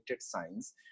science